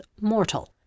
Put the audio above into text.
mortal